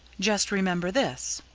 just remember this.